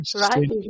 Right